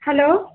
hello